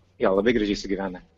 jo labai gražiai sugyvena